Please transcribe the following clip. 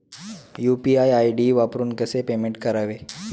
UPI ID वापरून कसे payment करावे?